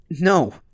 No